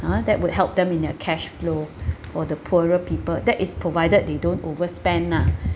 ah that would help them in their cash flow for the poorer people that is provided they don't overspend ah